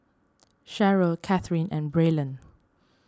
Cheryle Kathryn and Braylon